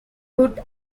good